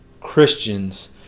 Christians